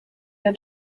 der